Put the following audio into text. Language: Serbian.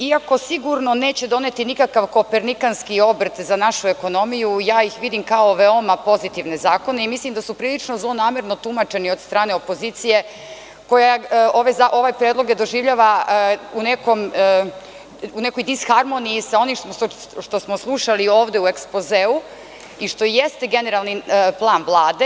Iako sigurno neće doneti nikakav kopernikanski obrt za našu ekonomiju, ja ih vidim kao veoma pozitivne zakone i mislim da su prilično zlonamerno tumačeni od strane opozicije, koja ove predloge doživljavaju u nekoj disharmoniji sa onim što smo slušali ovde u ekspozeu i što jeste generalni plan Vlade.